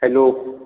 hello